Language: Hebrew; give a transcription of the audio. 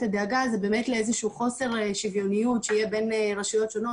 הדאגה זה באמת לאיזה שהוא חוסר שוויוניות שיהיה בין רשויות שונות,